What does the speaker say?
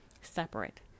separate